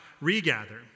regather